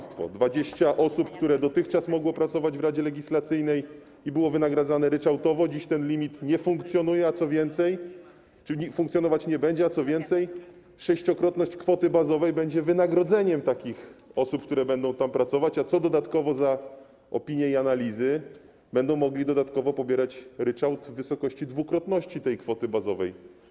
W odniesieniu do 20 osób, które dotychczas mogły pracować w Radzie Legislacyjnej i były wynagradzane ryczałtowo, dziś ten limit nie funkcjonuje, funkcjonować nie będzie, a co więcej, sześciokrotność kwoty bazowej będzie wynagrodzeniem osób, które będą tam pracować, a dodatkowo za opinie i analizy będą mogli dodatkowo pobierać ryczałt w wysokości dwukrotności tej kwoty bazowej.